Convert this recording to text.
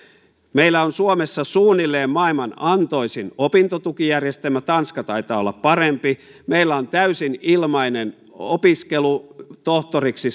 meillä on suomessa suunnilleen maailman antoisin opintotukijärjestelmä tanska taitaa olla parempi meillä on täysin ilmainen opiskelu tohtoriksi